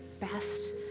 best